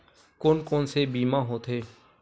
कोन कोन से बीमा होथे?